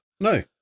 No